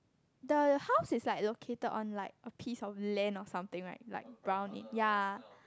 the house is like located on like a piece of land or something right like brown uh ya